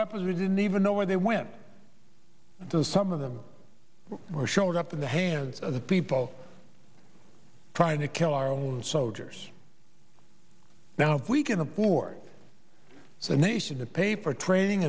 weapons we didn't even know where they went though some of them were showed up in the hands of the people trying to kill our own soldiers now we can abort the nation paper training